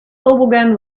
toboggan